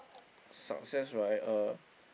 success right uh